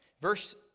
Verse